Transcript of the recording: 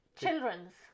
children's